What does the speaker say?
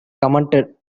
commented